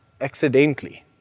accidentally